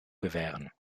gewähren